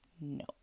No